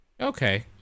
Okay